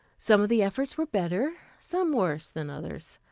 some of the efforts were better, some worse, than others,